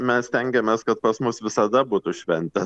mes stengiamės kad pas mus visada būtų šventė